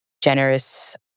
generous